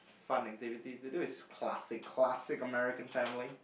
fun activity to do it's classic classic American family